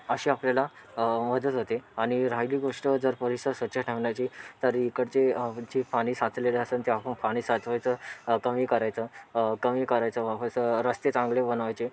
अशी आपल्याला मदत होते आणि राहिली गोष्ट जर परिसर स्वच्छ ठेवण्याची तर इकडचे म्हणजे पाणी साचलेलं असेल ते आपण पाणी साचवायचं कमी करायचं कमी करायचं वापस रस्ते चांगले बनवायचे